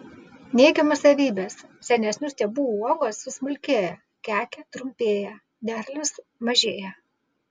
neigiamos savybės senesnių stiebų uogos susmulkėja kekė trumpėja derlius mažėja